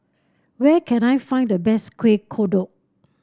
where can I find the best Kuih Kodok